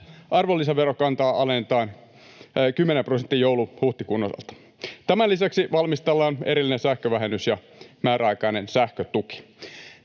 arvonlisäverokantaa alennetaan 10 prosenttiin joulu—huhtikuun osalta. Tämän lisäksi valmistellaan erillinen sähkövähennys ja määräaikainen sähkötuki.